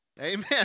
Amen